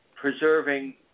preserving